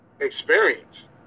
experience